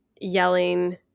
yelling